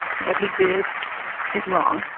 what he did is wrong,